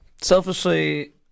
Selfishly